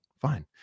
Fine